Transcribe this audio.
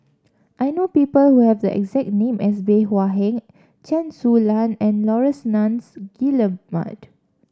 I know people who have the exact name as Bey Hua Heng Chen Su Lan and Laurence Nunns Guillemard